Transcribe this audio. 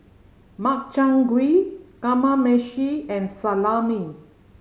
Makchang Gui Kamameshi and Salami